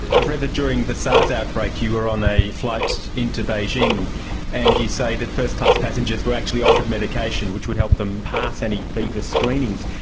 i've read that during the sars outbreak you were on a flight into beijing and you say that first-class passengers were actually offered medication which would help them pass any fever screenings.